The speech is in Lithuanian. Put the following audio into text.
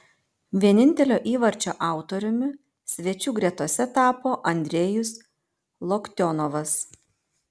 vienintelio įvarčio autoriumi svečių gretose tapo andrejus loktionovas